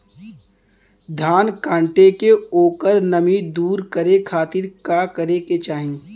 धान कांटेके ओकर नमी दूर करे खाती का करे के चाही?